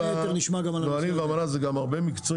בין היתר נשמע גם על --- גם הנושא של --- ואמנה זה גם הרבה מקצועי,